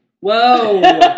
Whoa